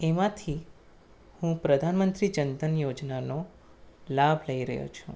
એમાંથી હું પ્રધાનમંત્રી જન ધન યોજનાનો લાભ લઈ રહ્યો છું